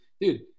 dude